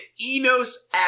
Enos